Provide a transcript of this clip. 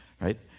right